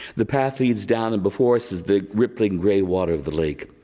the path leads down and before us is the rippling grey water of the lake.